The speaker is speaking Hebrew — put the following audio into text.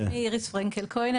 שמי איריס פרנקל כהן,